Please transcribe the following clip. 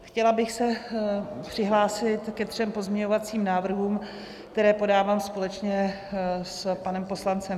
Chtěla bych se přihlásit ke třem pozměňovacím návrhům, které podávám společně s panem poslancem Ferjenčíkem.